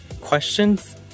questions